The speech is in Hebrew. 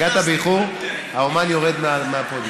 הגעת באיחור, האומן יורד מהפודיום.